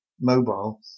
mobile